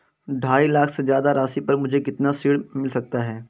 ढाई लाख से ज्यादा राशि पर मुझे कितना ऋण मिल सकता है?